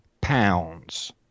pounds